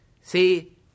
See